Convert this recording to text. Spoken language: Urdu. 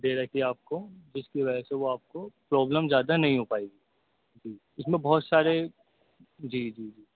ڈیریکٹلی آپ کو ڈیسک کی وجہ سے آپ کو پرابلم زیادہ نہیں ہو پائے گی جی اس میں بہت سارے جی